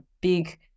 big